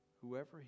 whoever